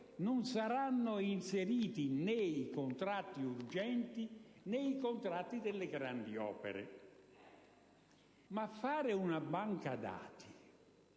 non saranno inseriti né i contratti urgenti né quelli delle grandi opere. Ma istituire una banca dati,